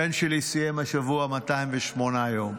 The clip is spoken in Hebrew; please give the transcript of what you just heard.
הבן שלי סיים השבוע 208 יום.